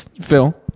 phil